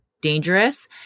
dangerous